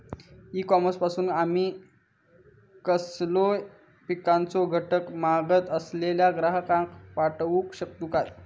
E commerce पासून आमी कसलोय पिकाचो घटक मागत असलेल्या ग्राहकाक पाठउक शकतू काय?